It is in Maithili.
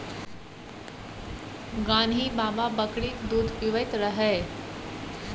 गान्ही बाबा बकरीक दूध पीबैत रहय